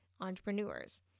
entrepreneurs